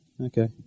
Okay